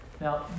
now